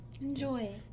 Enjoy